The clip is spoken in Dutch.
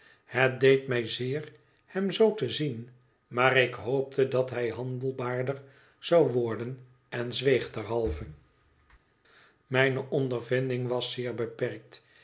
het deed mij zeer hem zoo te zien maar ik hoopte dat hij handelbaarder zou worden en zweeg derhalve mijne ondervinding was zeer beperkt